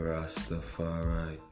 Rastafari